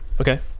okay